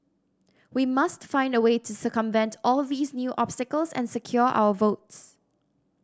we must find a way to circumvent all these new obstacles and secure our votes